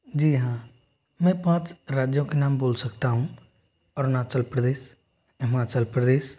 जी हाँ मैं पाँच राज्यों के नाम बोल सकता हूँ अरुणाचल प्रदेश हिमाचल प्रदेश